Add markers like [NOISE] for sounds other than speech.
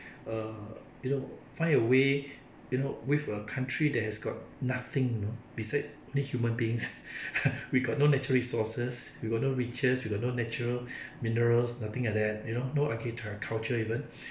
err you know find a way you know with a country that has got nothing you know besides only human beings [LAUGHS] we got no natural resources we got no riches we got no natural minerals nothing like that you know no agriculture even